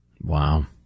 Wow